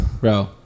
Bro